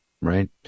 Right